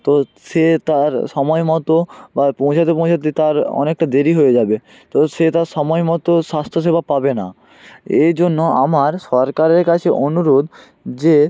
তো সে তার সময় মতো বা পৌঁছাতে পৌঁছাতে তার অনেকটা দেরি হয়ে যাবে তো সে তার সময় মতো স্বাস্থ্যসেবা পাবে না এই জন্য আমার সরকারের কাছে অনুরোধ যে